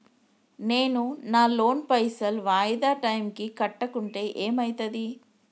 నేను నా లోన్ పైసల్ వాయిదా టైం కి కట్టకుంటే ఏమైతది?